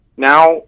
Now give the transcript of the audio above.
Now